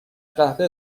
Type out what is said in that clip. قوه